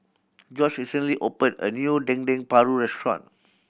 George recently open a new Dendeng Paru restaurant